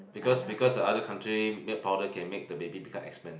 because because the other country milk powder can make the baby become expand